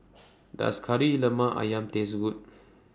Does Kari Lemak Ayam Taste Good